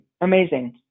amazing